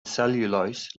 cellulose